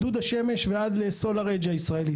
מדוד השמש ועד ל-SolarEdge הישראלית